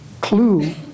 clue